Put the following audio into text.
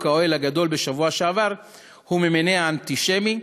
האוהל הגדול בשבוע שעבר היו ממניע אנטישמי.